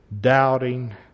doubting